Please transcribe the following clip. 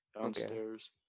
downstairs